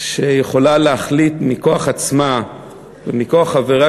שיכולה להחליט מכוח עצמה ומכוח חבריה